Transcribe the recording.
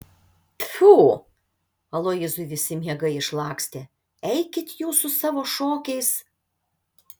pfu aloyzui visi miegai išlakstė eikit jūs su savo šokiais